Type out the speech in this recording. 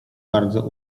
bardzo